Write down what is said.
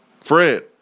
Fred